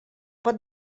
pot